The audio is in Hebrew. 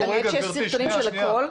יש סרטונים של הכול.